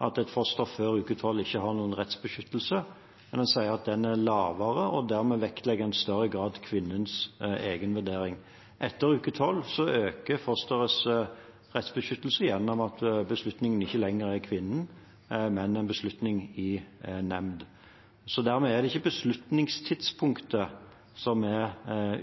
et foster før uke tolv ikke har noen rettsbeskyttelse, men en sier at den er lavere, og dermed vektlegger en i større grad kvinnens egen vurdering. Etter uke tolv øker fosterets rettsbeskyttelse gjennom at beslutningen ikke lenger er kvinnens, men en beslutning i en nemnd. Dermed er det ikke beslutningstidspunktet som er